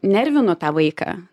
nervinu tą vaiką